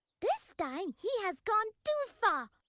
this time he has gone too far!